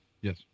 Yes